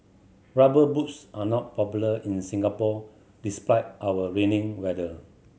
Rubber Boots are not popular in Singapore despite our raining weather